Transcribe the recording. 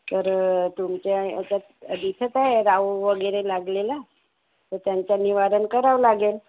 तर तुमच्या आता दिसत आहे राहू वगैरे लागलेला तर त्यांचा निवारण करावं लागेल